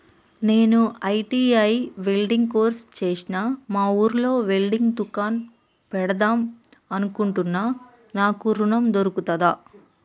నేను ITI welder course చేశ్న మా ఊర్లో వెల్డింగ్ దుకాన్ పెడదాం అనుకుంటున్నా నాకు ఋణం దొర్కుతదా?